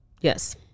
Yes